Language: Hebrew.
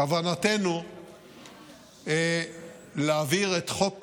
כוונתנו להעביר את חוק